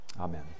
Amen